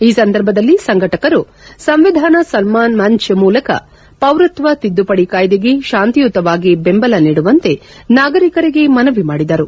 ಈ ಸಂದರ್ಭದಲ್ಲಿ ಸಂಘಟಕರು ಸಂವಿಧಾನ ಸನ್ನಾನ್ ಮಂಚ್ ಮೂಲಕ ಪೌರತ್ವ ತಿದ್ದುಪಡಿ ಕಾಯ್ದೆಗೆ ಶಾಂತಿಯುತವಾಗಿ ಬೆಂಬಲ ನೀಡುವಂತೆ ನಾಗರಿಕರಿಗೆ ಮನವಿ ಮಾಡಿದರು